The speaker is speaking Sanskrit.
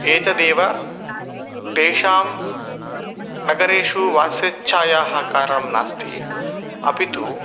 एतदेव तेषां नगरेषु वासेच्छायाः कारणं नास्ति अपि तु